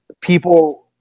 people